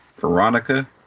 Veronica